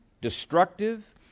destructive